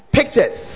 Pictures